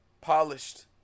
Polished